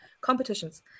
competitions